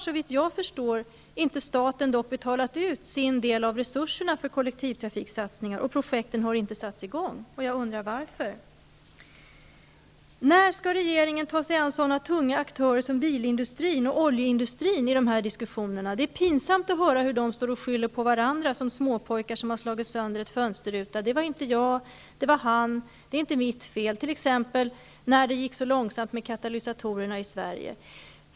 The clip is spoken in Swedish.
Såvitt jag förstår har dock staten ännu inte betalat ut sin del av resurserna för kollektivtrafiksatsningar. Projekten har inte satts i gång. Jag undrar varför. När skall regeringen i de här diskussionerna ta sig an sådana tunga aktörer som bilindustrin och oljeindustrin? Det är pinsamt att höra hur de står och skyller på varandra som småpojkar som har slagit sönder en fönsterruta:''Det var inte jag. Det var han. Det är inte mitt fel.'' Så var det t.ex. när det gick så långsamt med att införa katalysatorerna i Sverige.